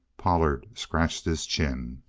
pollard scratched his chin.